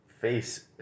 face